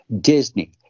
Disney